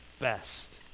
best